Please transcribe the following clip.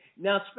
Now